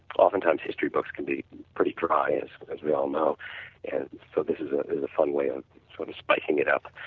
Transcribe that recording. often times history books can be pretty dry as as we all know and so this is ah is a fun way of sort of spiking it up.